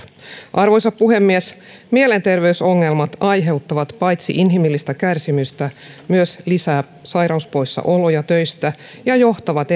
arvoisa puhemies mielenterveysongelmat paitsi aiheuttavat inhimillistä kärsimystä myös lisäävät sairauspoissaloja töistä ja johtavat